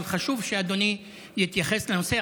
אבל חשוב שאדוני יתייחס לנושא.